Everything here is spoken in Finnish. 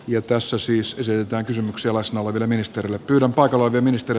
metrossa siis pysyy pääkysymyksiä vastaava työministerille kyllä paikalla kymmenistä